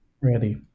Ready